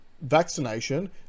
vaccination